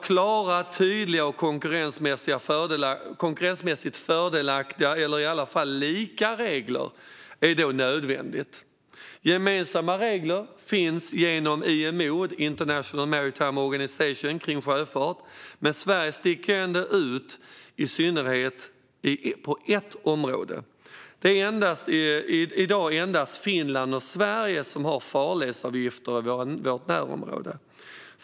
Klara, tydliga och konkurrensmässigt fördelaktiga eller i alla fall likvärdiga regler är därför nödvändigt. Gemensamma regler om sjöfart finns genom IMO, International Maritime Organization. Men Sverige sticker ändå ut på i synnerhet ett område: Det är i dag endast Finland och Sverige i vårt närområde som har farledsavgifter.